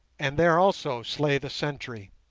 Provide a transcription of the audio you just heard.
and there also slay the sentry,